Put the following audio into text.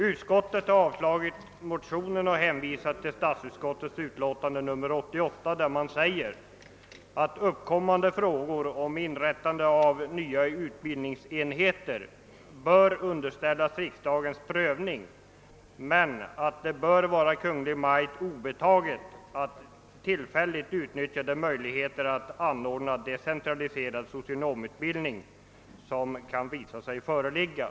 Utskottet har avstyrkt motionen med hänvisning till vad utskottet anfört i sitt utlåtande nr 88 där det heter »alt uppkommande frågor om inrättande av nya utbildningsenheter bör underställas riksdagens prövning men att det bör vara Kungl. Maj:t obetaget att tillfälligt utnyttja de möjligheter att anordna decentraliserad socionomutbildning som kan visa sig föreligga».